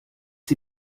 sie